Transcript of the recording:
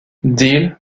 deal